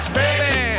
baby